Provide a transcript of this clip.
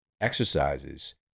exercises